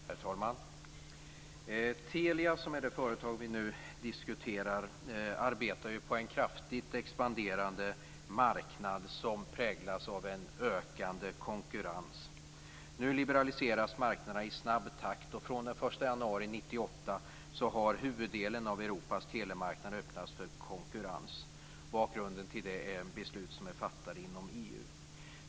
Herr talman! Telia, som är det företag vi nu diskuterar, arbetar ju på en kraftigt expanderande marknad, som präglas av en ökande konkurrens. Nu liberaliseras marknaderna i snabb takt, och från den 1 januari 1998 har huvuddelen av Europas telemarknader öppnats för konkurrens. Bakgrunden till det är beslut som har fattats inom EU.